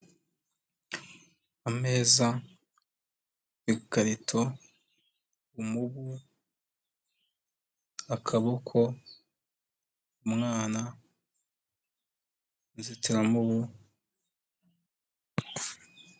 Ameza, ikarito, umubu, akaboko, umwana, inzitiramubu.